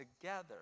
together